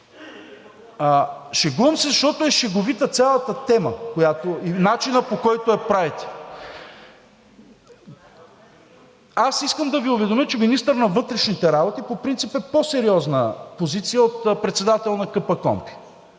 Шегувам се, защото е шеговита цялата тема, начинът, по който я правите. Аз искам да Ви уведомя, че министър на вътрешните работи по принцип е по-сериозна позиция от председател на КПКОНПИ.